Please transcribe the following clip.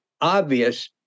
obvious